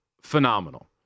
phenomenal